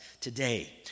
today